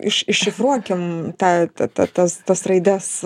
iš iššifruokim tą ta ta tas tas raides